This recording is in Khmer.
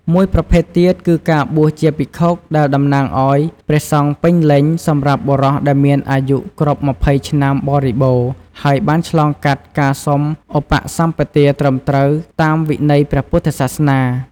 មួយប្រភេទទៀតគឺការបួសជាភិក្ខុ ដែលតំណាងអោយ ព្រះសង្ឃពេញលេញ សម្រាប់បុរសដែលមានអាយុគ្រប់ ២០ ឆ្នាំបរិបូរណ៍ ហើយបានឆ្លងកាត់ការសុំឧបសម្បទាត្រឹមត្រូវតាមវិន័យព្រះពុទ្ធសាសនា។